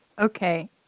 Okay